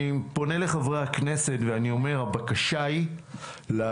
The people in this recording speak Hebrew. אני פונה לחברי הכנסת ואני אומר: הבקשה ממשרד